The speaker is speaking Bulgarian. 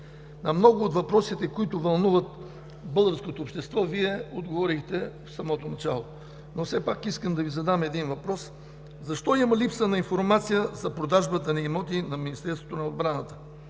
На много от въпросите, които вълнуват българското общество, Вие отговорихте в самото начало. Все пак искам да Ви задам един въпрос: защо има липса на информация за продажбата на имоти на Министерството на отбраната?